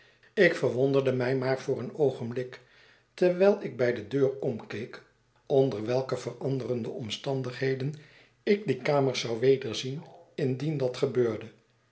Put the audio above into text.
ik verwonderde mij maar voor een oogenblik terwijl ik bij de deur omkeek onder welke veranderde omstandigheden ik die kamers zou wederzien indien dat gebeurde